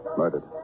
murdered